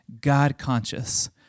God-conscious